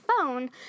phone